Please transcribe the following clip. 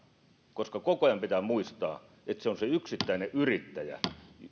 koska koko ajan pitää muistaa että se on se yksittäinen yrittäjä se yksinyrittäjä